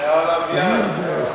מהלוויין.